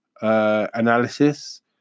analysis